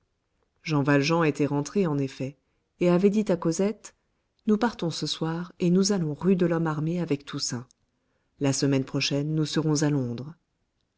jean valjean était rentré en effet et avait dit à cosette nous partons ce soir et nous allons rue de lhomme armé avec toussaint la semaine prochaine nous serons à londres